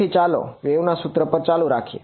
તેથી ચાલો વેવના સૂત્ર સાથે ચાલુ રાખીએ